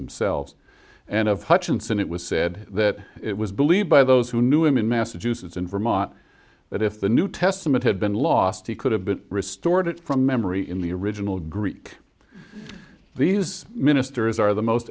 themselves and of hutchinson it was said that it was believed by those who knew him in massachusetts and vermont that if the new testament had been lost he could have been restored it from memory in the original greek these ministers are the most